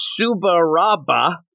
Subaraba